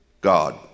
God